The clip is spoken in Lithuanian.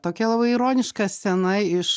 tokia labai ironiška scena iš